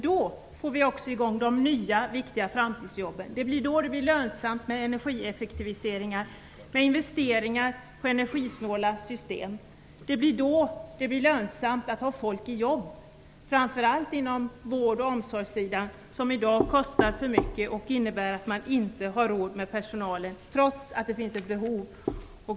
Då får vi också i gång de nya, viktiga framtidsjobben. Då blir det lönsamt med energieffektiviseringar och investeringar i energisnåla system. Då blir det lönsamt att ha folk i arbete, speciellt inom vård och omsorg - som i dag kostar för mycket och innebär att man inte har råd med personal, trots att det finns ett behov.